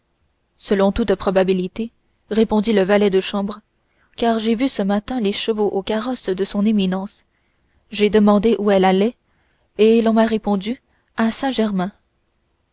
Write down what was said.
selon toute probabilité répondit le valet de chambre car j'ai vu ce matin les chevaux au carrosse de son éminence j'ai demandé où elle allait et l'on m'a répondu à